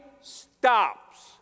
stops